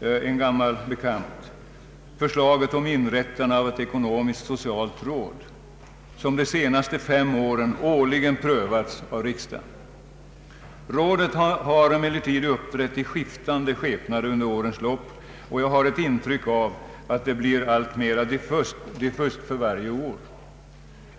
en gammal bekant — förslaget om inrättande av ett ekonomiskt-socialt råd — som årligen prövats av riksdagen de senaste fem åren. Rådet har emellertid uppträtt i skiftande skepnader under årens lopp, och jag har ett intryck av att det blir allt mer diffust för varje år.